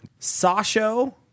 Sasho